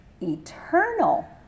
eternal